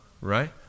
right